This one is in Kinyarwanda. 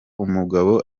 umugabo